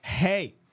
Hey